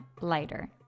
lighter